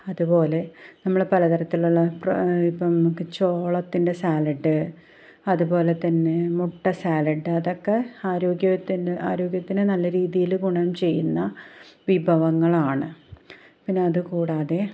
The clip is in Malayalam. അതുപോലെ നമ്മൾ പലതരത്തിലുള്ള പ്ര ഇപ്പം നമുക്ക് ചോളത്തിൻ്റെ സാലഡ് അതുപോലെത്തന്നെ മുട്ട സാലഡ് അതൊക്കെ ആരോഗ്യത്തിന് ആരോഗ്യത്തിനു നല്ല രീതിയിൽ ഗുണം ചെയ്യുന്ന വിഭവങ്ങളാണ് പിന്നെ അതുകൂടാതെ